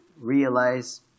realize